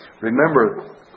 Remember